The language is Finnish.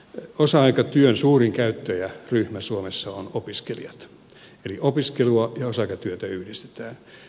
osa aikatyön suurin käyttäjäryhmä suomessa on opiskelijat eli opiskelua ja osa aikatyötä yhdistetään